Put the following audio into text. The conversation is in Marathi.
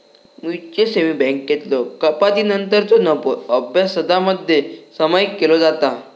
म्युचल सेव्हिंग्ज बँकेतलो कपातीनंतरचो नफो सभासदांमध्ये सामायिक केलो जाता